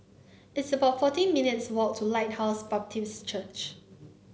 it's about fourteen minutes' walk to Lighthouse Baptist Church